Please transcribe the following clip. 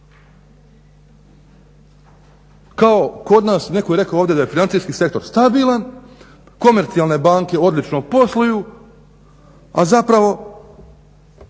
Kao kod nas, netko je rekao ovdje da je financijski sektor stabilan, komercijalne banke odlično posluju a zapravo